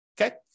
okay